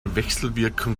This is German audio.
wechselwirkung